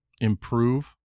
improve